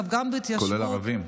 כולל ערבים.